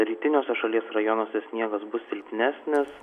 rytiniuose šalies rajonuose sniegas bus silpnesnis